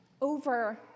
over